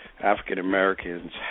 African-Americans